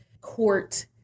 court